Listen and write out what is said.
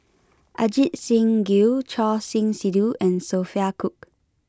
Ajit Singh Gill Choor Singh Sidhu and Sophia Cooke